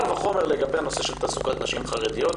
קל וחומר לגבי תעסוקת נשים חרדיות.